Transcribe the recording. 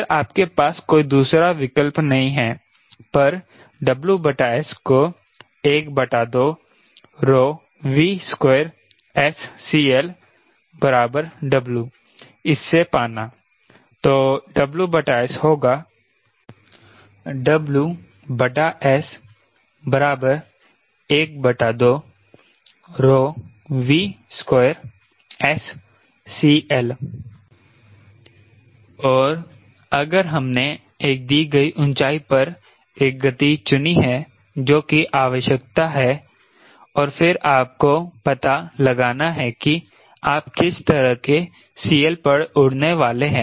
फिर आपके पास कोई दूसरा विकल्प नहीं है पर WS को 12V2SCL W इससे पाना तो WS होगा WS 12V2SCL और अगर हमने एक दी गई ऊंचाई पर एक गति चुनी है जो कि आवश्यकता है और फिर आपको पता लगाना है कि आप किस तरह के CL पर उड़ने वाले हैं